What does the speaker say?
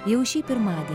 jau šį pirmadienį